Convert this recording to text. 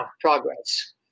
progress